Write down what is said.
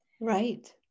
Right